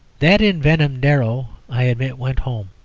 that envenomed arrow, i admit, went home.